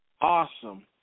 awesome